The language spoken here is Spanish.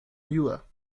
ayuda